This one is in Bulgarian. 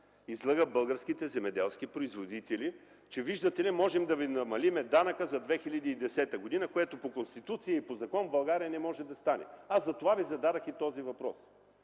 излъга българските земеделски производители, че виждате ли, можем да ви намалим данъка за 2010 г., което по Конституция и по закон в България не може да стане. Затова Ви зададох и този въпрос